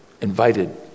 invited